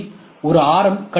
உண்மையில் ஒரு ஆர்